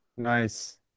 Nice